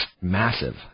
massive